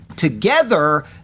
Together